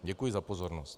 Děkuji za pozornost.